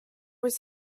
was